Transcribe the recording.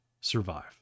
survive